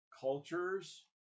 cultures